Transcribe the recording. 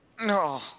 No